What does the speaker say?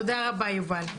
תודה רבה יובל.